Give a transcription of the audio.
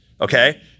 okay